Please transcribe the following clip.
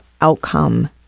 outcome